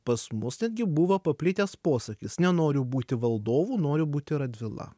pas mus netgi buvo paplitęs posakis nenoriu būti valdovu noriu būti radvila